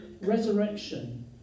resurrection